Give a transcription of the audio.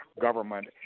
government